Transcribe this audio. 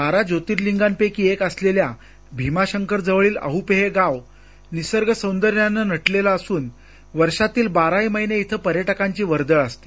बारा ज्योतिर्लिंगापैकी एक असलेल्या भीमाशंकर जवळील आहपे हे गाव निसर्ग सौदर्याने नटलेले असून वर्षातील बाराही महिने इथं पर्यटकांची वर्दळ असते